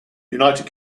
united